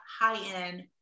high-end